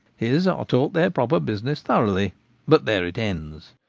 his are taught their proper business thoroughly but there it ends.